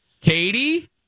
Katie